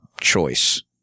choice